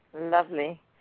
lovely